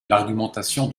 l’argumentation